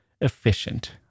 efficient